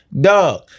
dog